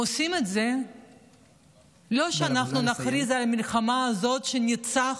הם עושים את זה לא כדי שאנחנו נכריז על המלחמה הזאת שניצחנו,